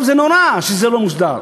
זה נורא שזה לא מוסדר.